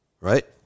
right